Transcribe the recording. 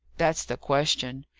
that's the question.